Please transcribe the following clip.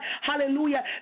hallelujah